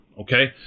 Okay